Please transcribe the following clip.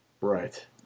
Right